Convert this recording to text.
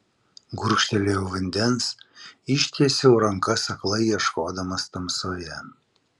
gurkštelėjau vandens ištiesiau rankas aklai ieškodamas tamsoje